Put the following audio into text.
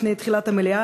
לפני תחילת המליאה,